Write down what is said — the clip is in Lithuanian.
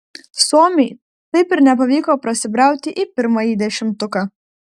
suomiui taip ir nepavyko prasibrauti į pirmąjį dešimtuką